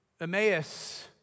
Emmaus